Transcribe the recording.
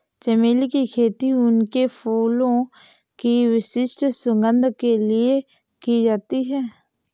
चमेली की खेती उनके फूलों की विशिष्ट सुगंध के लिए की जाती है